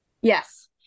Yes